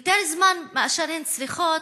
יותר זמן מאשר הן צריכות,